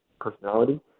personality